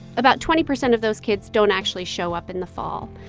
about twenty percent of those kids don't actually show up in the fall.